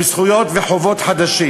עם זכויות וחובות חדשות.